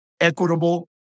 equitable